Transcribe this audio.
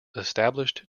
established